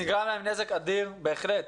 נגרם להם נזק אדיר, בהחלט.